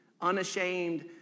unashamed